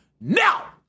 now